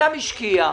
אדם השקיע.